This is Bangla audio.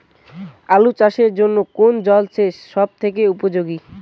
আলু চাষের জন্য কোন জল সেচ সব থেকে উপযোগী?